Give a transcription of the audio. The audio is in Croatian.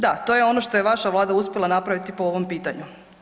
Da, to je ono što je vaša Vlada uspjela napraviti po ovom pitanju.